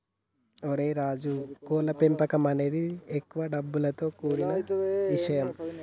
ఓరై రాజు కోళ్ల పెంపకం అనేది ఎక్కువ డబ్బులతో కూడిన ఇషయం